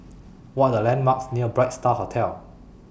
What Are The landmarks near Bright STAR Hotel